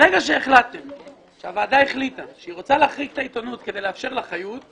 ברגע שהוועדה החליטה שהיא רוצה להחריג את העיתונות כדי לאפשר לה חיות,